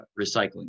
recycling